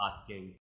asking